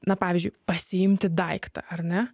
na pavyzdžiui pasiimti daiktą ar ne